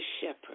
shepherd